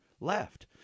left